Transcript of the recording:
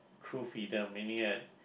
true freedom meaning that